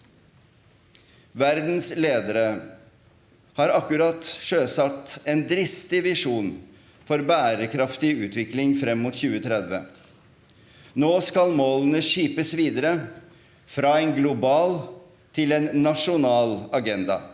Verdens ledere har akkurat sjøsatt en dristig visjon for bærekraftig utvikling frem mot 2030. Nå skal målene skipes videre fra en global til en nasjonal agenda.